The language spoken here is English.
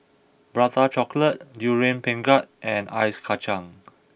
Prata Chocolate Durian Pengat and Ice Kacang